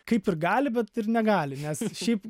kaip ir gali bet ir negali nes šiaip